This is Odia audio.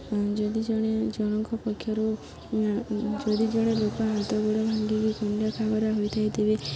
ଯଦି ଜଣେ ଜଣଙ୍କ ପକ୍ଷରୁ ଯଦି ଜଣେ ଲୋକ ହାତ ଗୋଡ଼ ଭାଙ୍ଗିକି ଖଣ୍ଡିଆ ଖାବରା ହୋଇଥାଏ ତେବେ